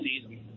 season